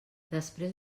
després